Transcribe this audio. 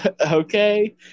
Okay